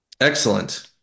excellent